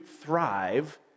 thrive